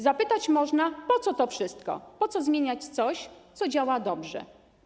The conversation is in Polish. Zapytać można, po co to wszystko, po co zmieniać coś, co działa dobrze.